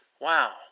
Wow